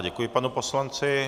Děkuji panu poslanci.